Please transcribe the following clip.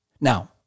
Now